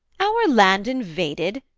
our land invaded,